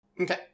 Okay